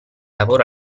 lavoro